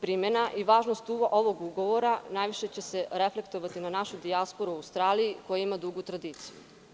Primena i važnost ovog ugovora najviše će se reflektovati na našu dijasporu u Australiji koja ima dugu tradiciju.